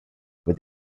with